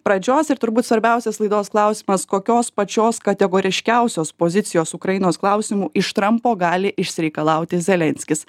pradžios ir turbūt svarbiausias laidos klausimas kokios pačios kategoriškiausios pozicijos ukrainos klausimu iš trampo gali išsireikalauti zelenskis